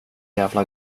jävla